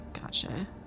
gotcha